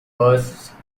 bursts